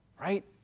right